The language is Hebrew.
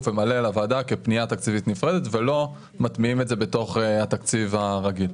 ומלא לוועדה כפנייה תקציבית נפרדת ולא מטמיעים את זה בתוך התקציב הרגיל.